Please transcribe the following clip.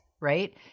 right